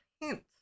hint